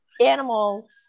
animals